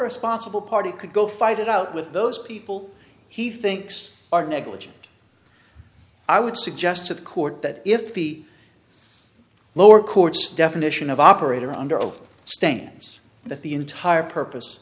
responsible party could go fight it out with those people he thinks are negligent i would suggest to the court that if the lower courts definition of operator under oath stands that the entire purpose